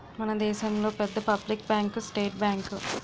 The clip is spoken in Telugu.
మన దేశంలో పెద్ద పబ్లిక్ బ్యాంకు స్టేట్ బ్యాంకు